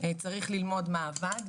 צריך ללמוד מה עבד,